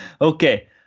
Okay